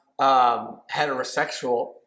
heterosexual